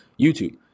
YouTube